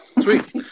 Sweet